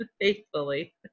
faithfully